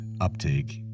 uptake